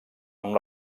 amb